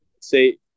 say